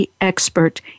expert